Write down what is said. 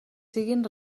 siguin